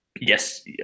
yes